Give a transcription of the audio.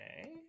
okay